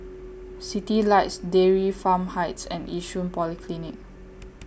Citylights Dairy Farm Heights and Yishun Polyclinic